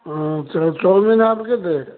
ହଁ chowmein half କେତେ